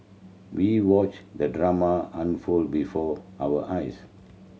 we watched the drama unfold before our eyes